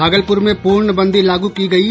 भागलपुर में पूर्णबंदी लागू की गयी